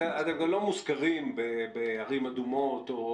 אתם גם לא מוזכרים בערים אדומות.